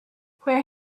where